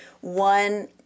one